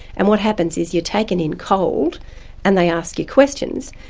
and what happens is you're taken in cold and they ask you questions.